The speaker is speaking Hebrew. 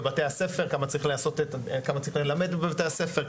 בתי הספר כמה צריך ללמד בבתי הספר,